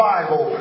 Bible